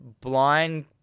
blind